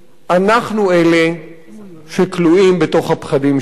אנחנו אלה שכלואים בתוך הפחדים שלנו",